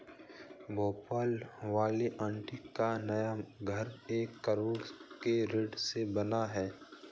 भोपाल वाली आंटी का नया घर एक करोड़ के ऋण से बना है